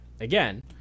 again